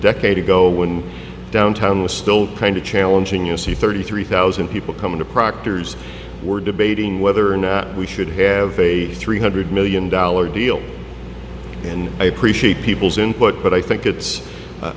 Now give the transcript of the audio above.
decade ago when downtown was still kind of challenging you see thirty three thousand people coming to proctor's we're debating whether we should have a three hundred million dollars deal and i appreciate people's input but i think it's